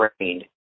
trained